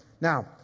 now